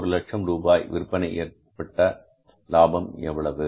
ஒரு லட்சம் ரூபாய் விற்பனைக்கு ஏற்பட்ட லாபம் எவ்வளவு